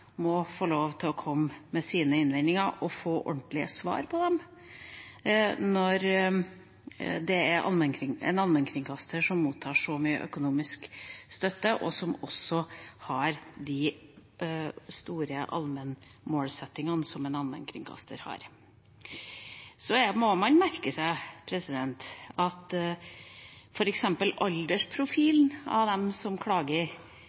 må få lov til å komme med sine innvendinger og få ordentlige svar på dem når det er en allmennkringkaster som mottar så mye økonomisk støtte, og som også har de store allmennmålsettingene som en allmennkringkaster har. Så må man merke seg at aldersprofilen hos dem som klager,